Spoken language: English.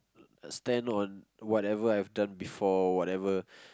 stand on whatever I've done before whatever